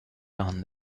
done